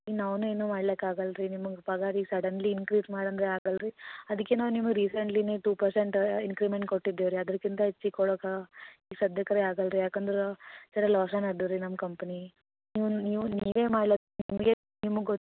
ನಾನು ಏನು ಮಾಡ್ಲಿಕ್ಕೆ ಆಗಲ್ಲ ರೀ ನಿಮ್ಗೆ ಪಗಾರ ಈಗ ಸಡನ್ಲಿ ಇನ್ಕ್ರೀಸ್ ಮಾಡು ಅಂದರೆ ಆಗಲ್ಲರಿ ಅದಕ್ಕೆ ನಾವು ನಿಮಗೆ ರೀಸೆಂಟ್ಲಿ ನೀವು ಟೂ ಪರ್ಸೆಂಟ್ ಇನ್ಕ್ರಿಮೆಂಟ್ ಕೊಟ್ಟಿದ್ದೀವಿ ರೀ ಅದ್ರುಕ್ಕಿಂತ ಹೆಚ್ಚಿಗ್ ಕೊಡಕೆ ಸದ್ಯಕ್ಕೆ ರೀ ಆಗಲ್ಲ ರೀ ಯಾಕಂದ್ರೆ ಝರ ಲಾಸಾಗೆ ನಡ್ದೆದೆ ರೀ ನಮ್ಮ ಕಂಪ್ನಿ ನೀವು ನೀವು ನೀವೇ ನಿಮ್ಗೆ ಗೊತ್ತು